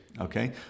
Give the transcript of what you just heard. okay